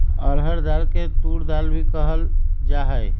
अरहर दाल के तूर दाल भी कहल जाहई